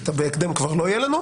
בהקדם כדבר לא יהיה לנו.